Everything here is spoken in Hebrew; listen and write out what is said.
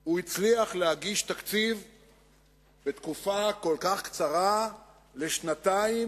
בכך שהוא הצליח להגיש בתקופה כל כך קצרה תקציב לשנתיים,